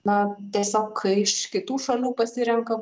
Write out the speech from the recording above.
na tiesiog iš kitų šalių pasirenka